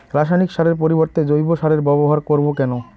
রাসায়নিক সারের পরিবর্তে জৈব সারের ব্যবহার করব কেন?